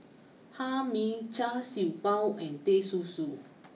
Hae Mee Char Siew Bao and Teh Susu